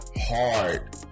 hard